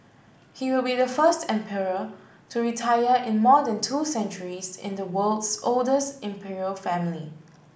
he will be the first emperor to retire in more than two centuries in the world's oldest imperial family